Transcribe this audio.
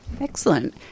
excellent